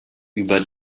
über